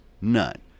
none